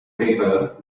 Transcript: paper